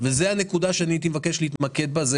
זאת הנקודה שאני מבקש להתמקד בה.